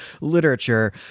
literature